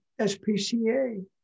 SPCA